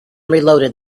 reloaded